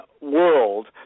world